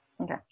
okay